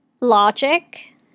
logic